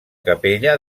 capella